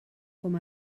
com